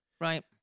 Right